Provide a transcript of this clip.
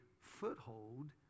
foothold